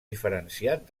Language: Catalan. diferenciat